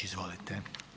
Izvolite.